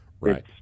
Right